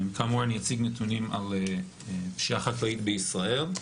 אני אציג נתונים על פשיעה חקלאית בישראל.